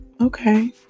Okay